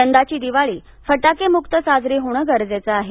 यंदाची दिवाळी फटाकेमुक्त साजरी होणे गरजेचं आहे